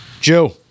Joe